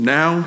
Now